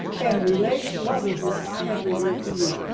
and relate to others what i have revealed to you.